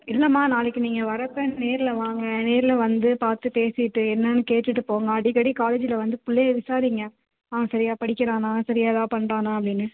இல்லைம்மா நாளைக்கு நீங்கள் வரப்போ நேரில் வாங்க நேரில் வந்து பார்த்து பேசிவிட்டு என்னென்று கேட்டுவிட்டு போங்க அடிக்கடி காலேஜில் வந்து பிள்ளைய விசாரிங்க அவன் சரியாக படிக்கிறானா சரியாக தான் பண்ணுறானா அப்படின்னு